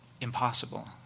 impossible